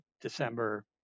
December